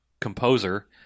composer